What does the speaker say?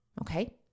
Okay